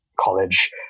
college